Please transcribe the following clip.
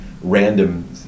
random